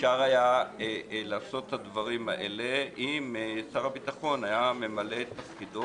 אפשר היה לעשות את הדברים האלה אם שר הביטחון היה ממלא את תפקידו,